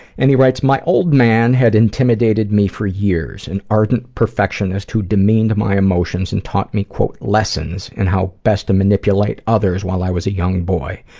and he writes, my old man had intimidated me for years, an ardent perfectionist who demeaned my emotions and taught me quote lessons in how best to manipulate others while i was a young boy.